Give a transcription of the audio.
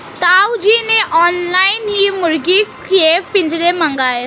ताऊ जी ने ऑनलाइन ही मुर्गी के पिंजरे मंगाए